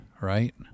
right